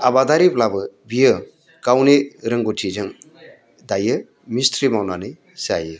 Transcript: आबादारिब्लाबो बियो गावनि रोंगौथिजों दायो मिसथ्रि मावनानै जायो